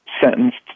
sentenced